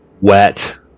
wet